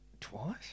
twice